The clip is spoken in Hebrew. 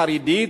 חרדית,